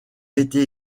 été